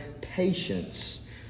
patience